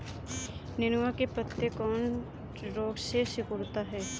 नेनुआ के पत्ते कौने रोग से सिकुड़ता?